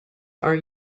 are